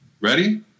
Ready